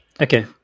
Okay